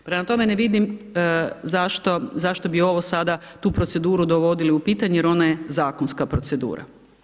Prema tome ne vidim zašto bi ovo sada tu proceduru dovodili u pitanje jer ona je zakonska procedura.